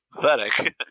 Pathetic